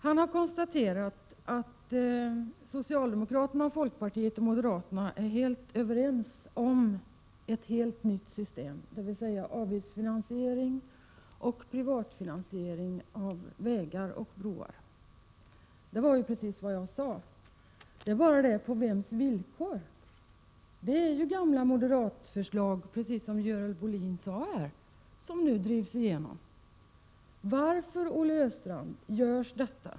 Han har konstaterat att socialdemokraterna, folkpartiet och moderaterna är helt överens om ett helt nytt system, dvs. avgiftsfinansiering och privatfinansiering av vägar och broar. Det var ju precis vad jag sade. Frågan 21 är bara: på vems villkor? Det är ju gamla moderatförslag som nu drivs igenom, som Görel Bohlin sade. Varför görs detta, Olle Östrand?